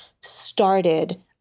started